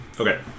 Okay